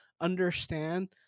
understand